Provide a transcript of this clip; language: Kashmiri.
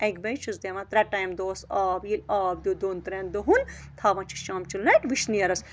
اَکہِ بَجہِ چھِس دِوان ترٛےٚ ٹایم دۄہَس آب ییٚلہِ آب دیُت دۄن ترٛٮ۪ن دۄہَن تھاوان چھِ شامچہِ لَٹہِ وٕشنیرَس